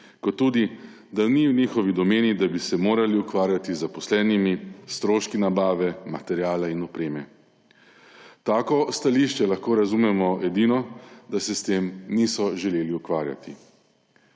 kot tudi, da ni v njihovi domeni, da bi se morali ukvarjati z zaposlenimi, s stroški nabave, materiala in opreme. Tako stališče lahko razumemo edino, da se s tem niso želeli ukvarjati.